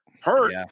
hurt